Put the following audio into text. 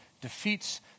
defeats